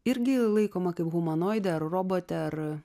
irgi laikoma kaip humanoidė ar robotė ar